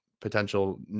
potential